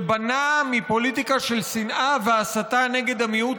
שבנה מפוליטיקה של שנאה והסתה נגד המיעוט